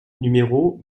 numéro